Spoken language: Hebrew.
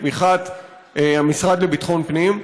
בתמיכת המשרד לביטחון פנים,